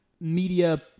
media